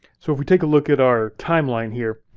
so if we take a look at our timeline here,